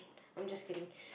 I'm just kidding